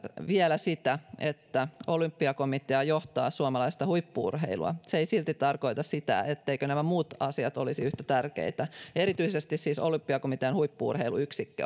vielä sitä että olympiakomitea johtaa suomalaista huippu urheilua se ei silti tarkoita sitä etteivätkö nämä muut asiat olisi yhtä tärkeitä ja erityisesti siis olympiakomitean huippu urheiluyksikkö